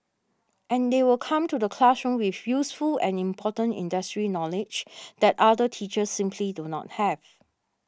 and they will come to the classroom with useful and important industry knowledge that other teachers simply do not have